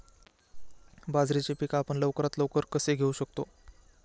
बाजरीचे पीक आपण लवकरात लवकर कसे घेऊ शकतो?